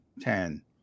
ten